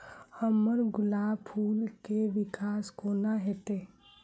हम्मर गुलाब फूल केँ विकास कोना हेतै?